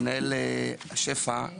עירייה אחרת במדינת ישראל- - נתקלת בעוד מקומות